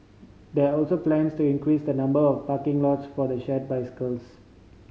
there are also plans to increase the number of parking lots for the shared bicycles